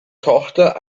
tochter